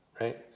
Right